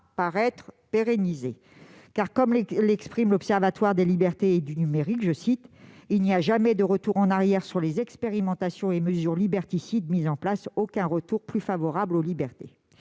par être pérennisée. En effet, comme l'indique l'Observatoire des libertés et du numérique (OLN), « il n'y a jamais de retour en arrière sur les expérimentations et mesures liberticides mises en place, aucun retour plus favorable aux libertés »,